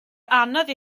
anodd